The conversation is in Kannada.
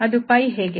ಅದು 𝜋 ಹೇಗೆ